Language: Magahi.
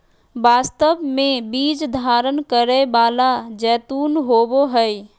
वास्तव में बीज धारण करै वाला जैतून होबो हइ